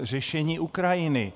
Řešení Ukrajiny.